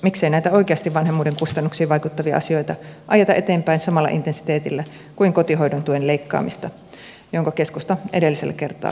miksei näitä oikeasti vanhemmuuden kustannuksiin vaikuttavia asioita ajeta eteenpäin samalla intensiteetillä kuin kotihoidon tuen leikkaamista jonka keskusta edellisellä kertaa esti